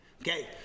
Okay